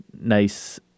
nice